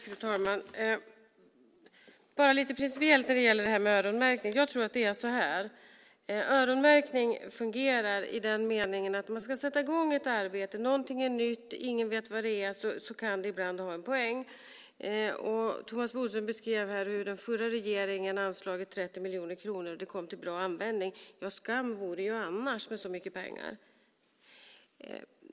Fru talman! Bara lite principiellt vill jag när det gäller öronmärkning säga att jag tror att öronmärkning fungerar när man ska sätta i gång ett arbete, när någonting är nytt eller när ingen vet vad det är. Då kan det ibland ha en poäng. Thomas Bodström beskrev hur den förra regeringen anslog 30 miljoner kronor och att de kom till bra användning. Skam vore det annars med så mycket pengar.